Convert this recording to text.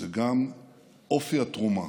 זה גם אופי התרומה.